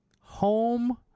home